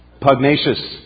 Pugnacious